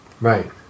Right